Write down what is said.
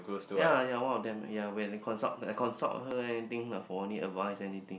yea yea one of them yea when they consult consult her and thing lah for only advise anything